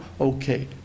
Okay